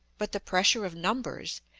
but the pressure of numbers,